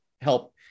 help